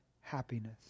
happiness